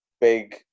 big